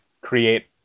create